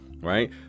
right